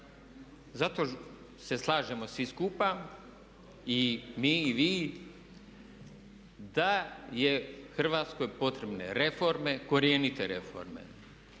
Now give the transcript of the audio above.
Zato se slažemo svi skupa i mi i vi da su Hrvatskoj potrebne reforme, korijenite reforme